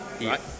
Right